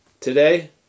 today